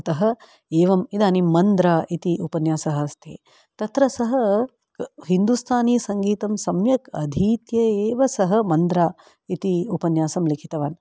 अतः एवम् इदानीम् मन्द्र इति उपन्यासः अस्ति तत्र सः हिन्दुस्थानिसङ्गीतं सम्यक् अधीत्य एव सः मन्द्र इति उपन्यासं लिखितवान्